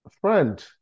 Friend